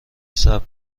صبر